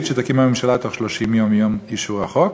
שתקים הממשלה בתוך 30 יום מיום אישור החוק.